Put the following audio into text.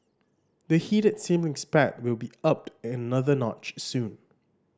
the heated sibling spat will be upped another notch soon